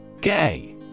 Gay